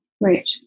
right